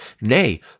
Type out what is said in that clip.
Nay